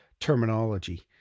terminology